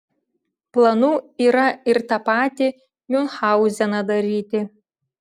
planų yra ir tą patį miunchauzeną daryti